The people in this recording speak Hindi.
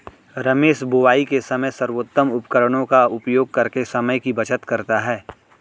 रमेश बुवाई के समय सर्वोत्तम उपकरणों का उपयोग करके समय की बचत करता है